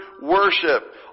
worship